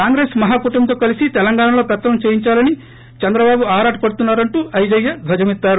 కాంగ్రెస్ మహాకూటమితో కలిసి తెలంగాణలో పెత్తనం చెలాయించాలని చంద్రబాబు ఆరాటపడుతున్నా రంటూ ఐజయ్య ధ్వజమెత్తారు